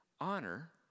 Honor